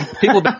people